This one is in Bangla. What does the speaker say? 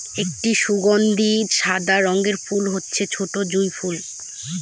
একটি সুগন্ধি সাদা রঙের ফুল হচ্ছে ছোটো জুঁই ফুল